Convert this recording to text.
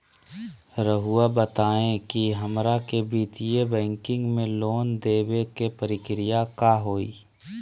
रहुआ बताएं कि हमरा के वित्तीय बैंकिंग में लोन दे बे के प्रक्रिया का होई?